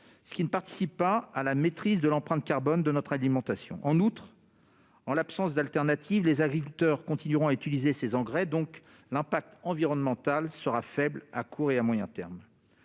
ce qui ne participe pas à la maîtrise de l'empreinte carbone de notre alimentation. En outre, en l'absence d'alternative, les agriculteurs continueront à utiliser ces engrais. L'impact environnemental d'une telle mesure sera donc faible à court et à moyen terme.